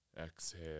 Exhale